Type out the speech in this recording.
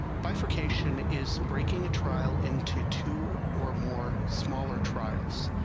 bifurcation is breaking a trial into two or more smaller trials.